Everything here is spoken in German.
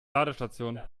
ladestation